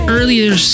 earlier